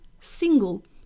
single